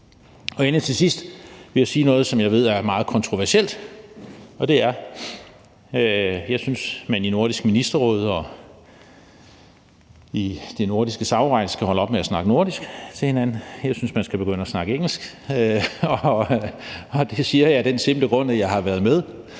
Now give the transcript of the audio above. stemme. Til sidst vil jeg sige noget, som jeg ved er meget kontroversielt, og det er, at jeg synes, at man i Nordisk Ministerråd og i det nordiske samarbejde skal holde op med at snakke nordisk til hinanden – jeg synes, man skal begynde at snakke engelsk. Og det siger jeg af den simple grund, at jeg har været med